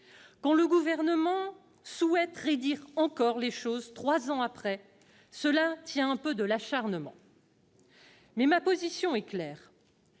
Quand le Gouvernement souhaite raidir encore les choses trois ans après, cela tient un peu de l'acharnement ! Ma position est claire